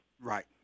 Right